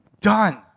done